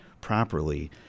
properly